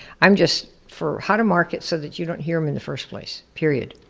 i'm just for how to market so that you don't hear em in the first place, period.